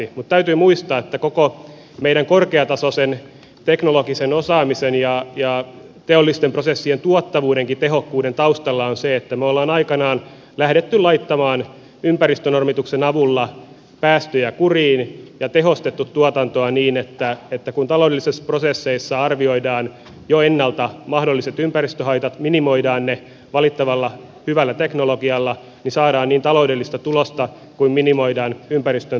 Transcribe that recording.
mutta täytyy muistaa että koko meidän korkeatasoisen teknologisen osaamisen ja teollisten prosessien tuottavuuden ja tehokkuuden taustalla on se että me olemme aikanaan lähteneet laittamaan ympäristönormituksen avulla päästöjä kuriin ja tehostaneet tuotantoa niin että kun taloudellisissa prosesseissa arvioidaan jo ennalta mahdolliset ympäristöhaitat minimoidaan ne valittavalla hyvällä teknologialla niin saadaan sekä taloudellista tulosta että minimoidaan ympäristöön tulevaa haittaa